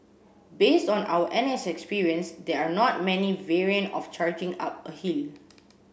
based on our N S experience there are not many variant of charging up a hill